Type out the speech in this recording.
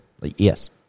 Yes